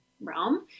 realm